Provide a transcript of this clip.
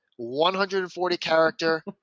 140-character